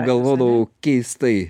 galvodavau keistai